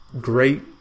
great